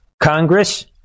Congress